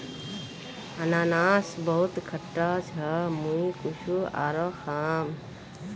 अनन्नास बहुत खट्टा छ मुई कुछू आरोह खाम